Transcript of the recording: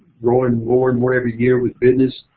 growing more and more every year with business.